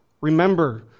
remember